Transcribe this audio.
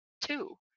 two